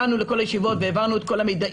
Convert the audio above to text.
הגענו לכל הישיבות והעברנו את כל המידע